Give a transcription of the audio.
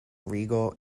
regal